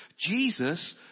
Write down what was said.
Jesus